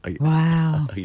Wow